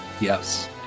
Yes